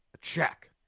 check